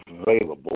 available